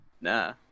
nah